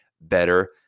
better